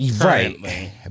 Right